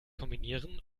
kombinieren